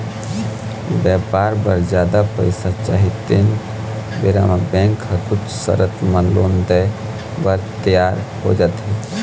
बेपार बर जादा पइसा चाही तेन बेरा म बेंक ह कुछ सरत म लोन देय बर तियार हो जाथे